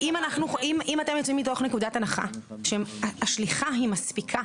אם אתם יוצאים מתוך נקודת הנחה שהשליחה מספיקה,